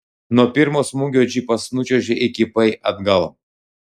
nuo pirmo smūgio džipas nučiuožė įkypai atgal